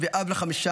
ואב לחמישה,